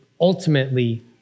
ultimately